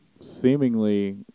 seemingly